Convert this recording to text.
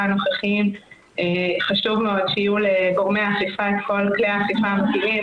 הנוכחיים חשוב מאוד שיהיו לגורמי האכיפה כל כלי האכיפה המתאימים,